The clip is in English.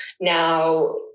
Now